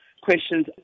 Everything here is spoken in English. questions